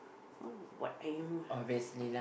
why would what I most